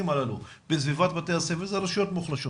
הללו בסביבות בתי הספר אלה רשויות מוחלשות